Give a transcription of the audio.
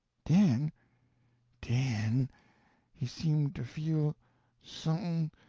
den den he seem to feel someth'n'